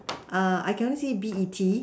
err I can only see B E T